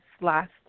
last